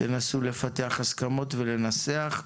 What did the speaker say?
ותנסו לפתח הסכמות ולנסח.